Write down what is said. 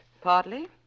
Partly